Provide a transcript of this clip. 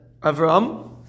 Avram